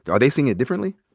are they seeing it differently?